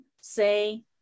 say